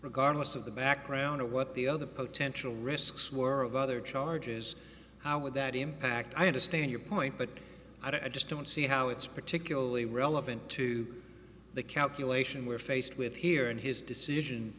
regardless of the background of what the other potential risks were of other charges how would that impact i understand your point but i just don't see how it's particularly relevant to the calculation we're faced with here in his decision